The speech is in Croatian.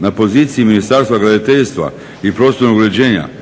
Na poziciji Ministarstva graditeljstva i prostornog uređenja